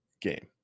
game